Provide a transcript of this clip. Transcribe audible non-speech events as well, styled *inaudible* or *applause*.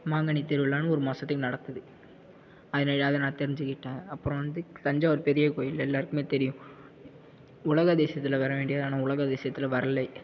மாங்கனி திருவிழானு ஒரு மாசத்துக்கு நடக்குது *unintelligible* அதை நான் தெரிஞ்சுக்கிட்டேன் அப்புறம் வந்து தஞ்சாவூர் பெரிய கோயில் எல்லாருக்குமே தெரியும் உலக அதிசயத்தில் வர வேண்டியது ஆனால் உலக அதிசயத்தில் வரலை